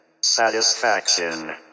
Satisfaction